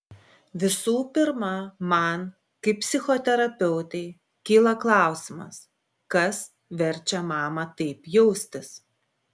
visų pirma man kaip psichoterapeutei kyla klausimas kas verčia mamą taip jaustis